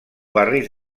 barris